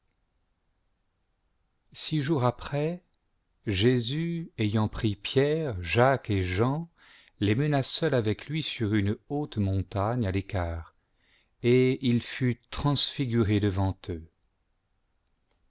six jours après jésus chap g selon s marc ayant pris pierre jacques et jean les mena seuls awcc lui sur une haute montagne à l'écart et il fut transfiguré devant eux